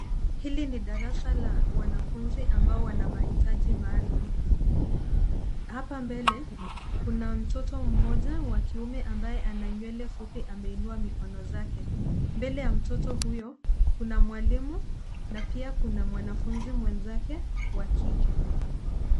Hili ni darasa la wanafunzi ambao wana mahitaji maalum. Hapa mbele, kuna mtoto mmoja wa kiume ambaye ana nywele fupi, ameinua mikono zake. Mbele ya mtoto huyo, kuna mwalimu na pia kuna mwanafunzi mwenzake wa kike.